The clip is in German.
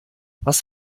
was